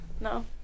No